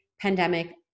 pandemic